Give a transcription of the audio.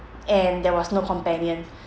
and there was no companion